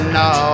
no